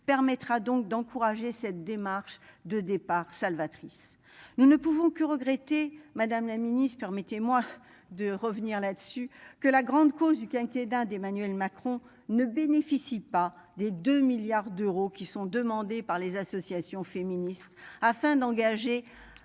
permettra donc d'encourager cette démarche de départ salvatrice. Nous ne pouvons que regretter Madame la Ministre permettez-moi de revenir là dessus que la grande cause du quinquennat d'Emmanuel Macron ne bénéficient pas des 2 milliards d'euros qui sont demandées par les associations féministes afin d'engager